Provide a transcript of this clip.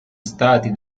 stati